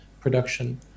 production